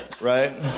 right